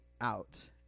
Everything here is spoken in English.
out